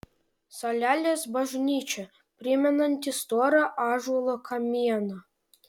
salelės bažnyčia primenanti storą ąžuolo kamieną